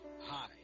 Hi